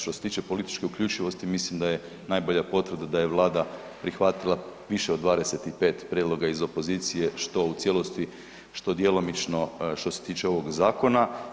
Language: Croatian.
Što se tiče političke uključivosti mislim da je najbolja potvrda da je Vlada prihvatila više od 25 prijedloga iz opozicije što u cijelosti, što djelomično što se tiče ovog zakona.